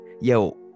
Yo